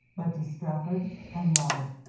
but to strafford and laud.